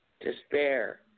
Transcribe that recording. despair